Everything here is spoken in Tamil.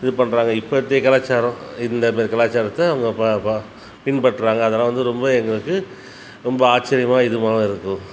இது பண்ணுறாங்க இப்போத்திய கலாச்சாரம் இந்த இப்போ கலாசாரத்தை அவங்க பின்பற்றாங்க அதெல்லாம் வந்து ரொம்ப எங்களுக்கு ரொம்ப ஆச்சரியமா இதுவுமாக இருக்கும்